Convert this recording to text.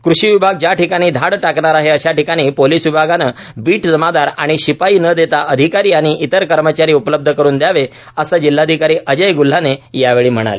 कृषी विभाग ज्या ठिकाणी धाड टाकणार आहेए अशा ठिकाणी पोलिस विभागानं बिट जमादार आणि शिपाई न देता अधिकारी आणि इतर कर्मचारी उपलब्ध करून द्यावे असं जिल्हाधिकारी अजय ग्ल्हाने यावेळी म्हणाले